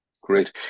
Great